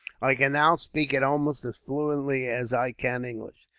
i can now speak it almost as fluently as i can english.